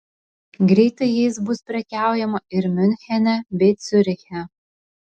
greitai jais bus prekiaujama ir miunchene bei ciuriche